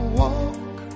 walk